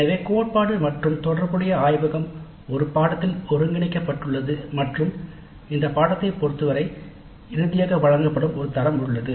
எனவே கோட்பாடு மற்றும் தொடர்புடைய ஆய்வகம் ஒரு பாடநெறியில் ஒருங்கிணைக்கப்பட்டுள்ளது மற்றும் இந்த பாடநெறியைப் பொறுத்தவரை இறுதியாக வழங்கப்படும் ஒரு தரம் உள்ளது